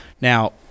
Now